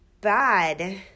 bad